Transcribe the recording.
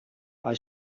bei